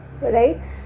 right